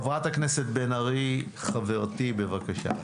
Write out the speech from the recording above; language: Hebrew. חברת הכנסת בן ארי, חברתי, בבקשה.